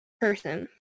person